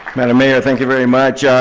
madam mayor, thank you very much.